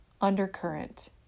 undercurrent